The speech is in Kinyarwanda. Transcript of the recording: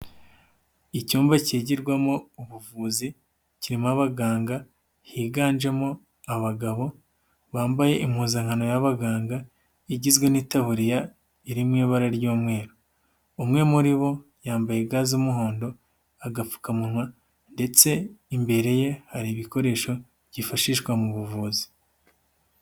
Icyumba kigirwamo ubuvuzi kiromo abaganga higanjemo abagabo, bambaye impuzankano y'abaganga igizwe n'itariya irimu ibara ry'umweru, umwe muri bo yambaye ga z'umuhondo, agapfukamunwa ndetse imbere ye hari ibikoresho byifashishwa mu buvuzi.